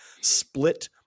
split